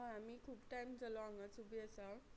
हय आमी खूब टायम जालो हांगाच उबी आसात